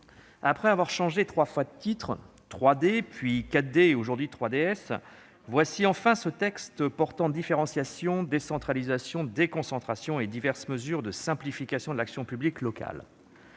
après qu'il a changé trois fois de titre- 3D, puis 4D et, aujourd'hui, 3DS -, voici enfin ce texte portant différenciation, décentralisation, déconcentration et diverses mesures de simplification de l'action publique locale